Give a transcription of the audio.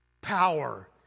power